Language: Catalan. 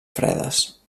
fredes